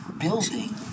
building